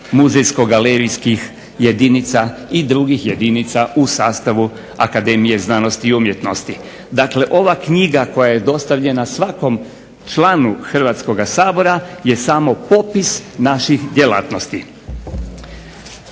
muzejsko-galerijskih jedinica i drugih jedinica u sastavu Akademije znanosti i umjetnosti. Dakle, ova knjiga koja je dostavljena svakom članu Hrvatskoga sabora je samo popis naših djelatnosti.